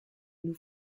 nous